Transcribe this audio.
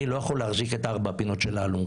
אני לא יכול להחזיק את ארבע הפינות של האלונקה.